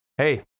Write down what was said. Hey